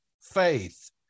faith